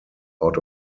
out